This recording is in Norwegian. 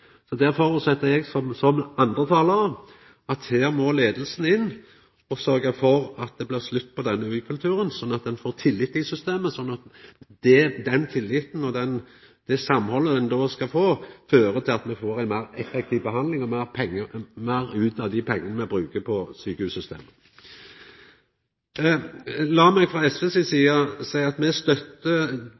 Som andre talarar føreset eg at her må leiinga inn og sørgja for at det blir slutt på denne ukulturen, slik at ein får tillit i systemet, slik at den tilliten og det samhaldet ein då skal få til, fører til at me får meir effektiv behandling og meir ut av dei pengane me brukar på sjukehussystemet. Lat meg frå SV si side seia at me